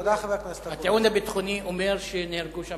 תודה, חבר הכנסת אקוניס.